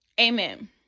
Amen